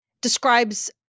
describes